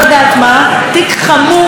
תיק חמור ביותר,